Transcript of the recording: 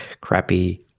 crappy